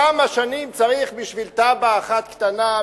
כמה שנים צריך בשביל תב"ע אחת קטנה,